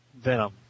Venom